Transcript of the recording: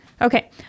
Okay